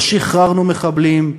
לא שחררנו מחבלים,